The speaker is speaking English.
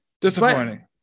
disappointing